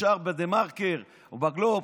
ישר בדה-מרקר או בגלובס,